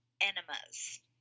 enemas